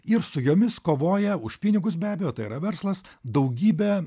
ir su jomis kovoja už pinigus be abejo tai yra verslas daugybė